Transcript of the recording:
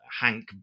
Hank